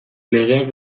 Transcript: legeak